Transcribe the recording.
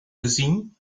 gezien